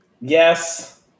Yes